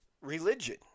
religion